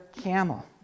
camel